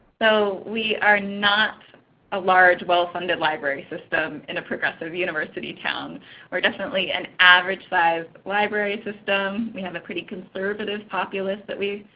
so we are not a large well-funded library system in a progressive university town. we are definitely an average size library system. we have a pretty conservative populace that we